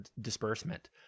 disbursement